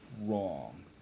wrong